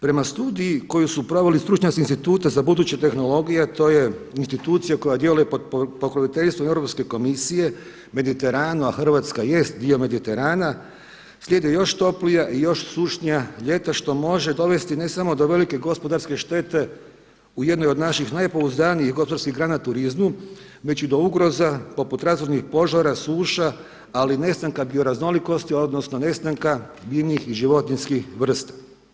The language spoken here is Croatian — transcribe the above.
Prema studiji koju su proveli stručnjaci sa Instituta za buduće tehnologije, a to je institucija koja djeluje pod pokroviteljstvom Europske komisije, Mediterana, a Hrvatska jest dio Mediterana slijede još toplija i još sušnija ljeta što može dovesti ne samo do velike gospodarske štete u jednoj od naših najpouzdanijih gospodarskih grana turizmu, već i do ugroza poput razornih požara, suša, ali i nestanka bioraznolikosti, odnosno nestanka biljnih i životinjskih vrsta.